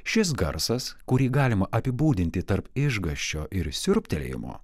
šis garsas kurį galima apibūdinti tarp išgąsčio ir siurbtelėjimo